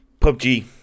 PUBG